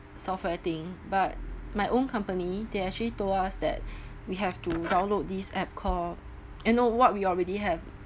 software thing but my own company they actually told us that we have to download this app called eh no what we already have